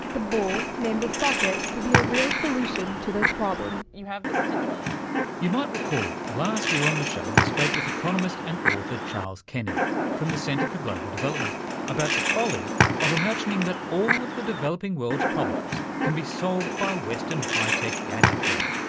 the ball, named the soccket, could be a real solution to this problem. you have this pendulum, antony funnell you might recall last year on the show we spoke with economist and author charles kenny from the centre for global development about the folly of imagining that all of the developing world's problems can be solved by western high-tech gadgetry.